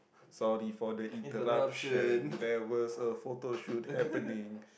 sorry for the interruption there was a photoshoot happening